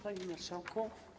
Panie Marszałku!